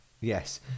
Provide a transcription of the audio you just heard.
Yes